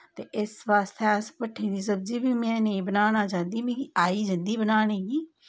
ते इस बास्तै अस भट्ठें दी सब्जी बी में निं बनाना चांह्दी मिगी आई जंदी बनाने गी